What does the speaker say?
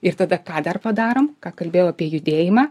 ir tada ką dar padarom ką kalbėjau apie judėjimą